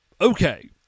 Okay